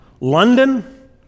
London